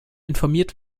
informiert